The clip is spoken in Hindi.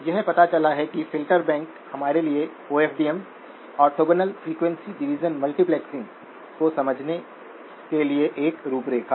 यह पता चला है कि फ़िल्टर बैंक हमारे लिए O F D M orthogonal frequency division multiplexing को समझने के लिए एक रूपरेखा है